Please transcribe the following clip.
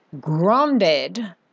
grounded